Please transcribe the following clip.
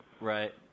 Right